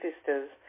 sisters